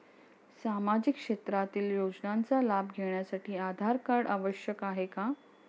सामाजिक क्षेत्रातील योजनांचा लाभ घेण्यासाठी आधार कार्ड आवश्यक आहे का?